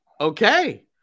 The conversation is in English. okay